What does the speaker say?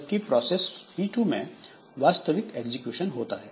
जबकि process P2 में वास्तविक एग्जीक्यूशन होता है